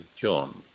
John